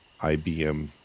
IBM